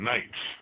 Nights